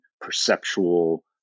perceptual